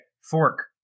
fork